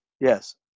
Yes